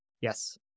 Yes